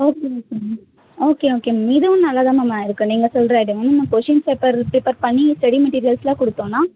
okay okay ma'am okay okay இதுவும் நல்லா தான் மேம் இருக்குது நீங்கள் சொல்லுற ஐடியா வந்து நம்ம கொஷின் பேப்பர் ப்ரிப்பர் பண்ணி ஸ்டடி மெட்டீரியல்ஸெலாம் கொடுத்தோனா